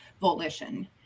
volition